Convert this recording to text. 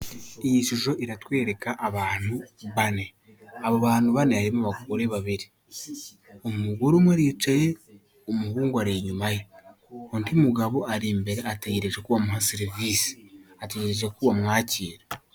Iyi shusho iratwereka abantu bane, abo bantu bane harimo abagore babiri. Umugore umwe aricaye umuhungu ari inyuma ye, undi mugabo ari imbere ategereje ko bamuha serivisi, ategereje ko bamwakira.